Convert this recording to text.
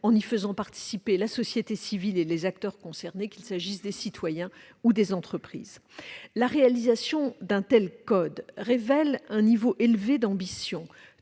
en y faisant participer la société civile et les acteurs concernés, qu'il s'agisse des citoyens ou des entreprises. La réalisation d'un tel code révèle un niveau élevé d'ambition,